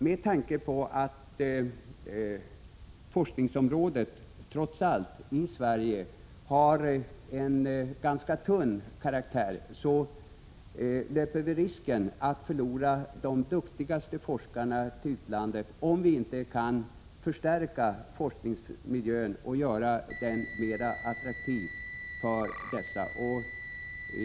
Med tanke på att forskningsområdet trots allt i Sverige är av låt mig säga ganska tunn karaktär löper vi risken att förlora de duktigaste forskningarna till utlandet, om vi inte kan förbättra forskningsmiljön och göra den mera attraktiv för forskarna.